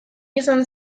izan